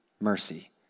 mercy